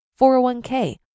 401k